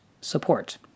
support